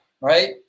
right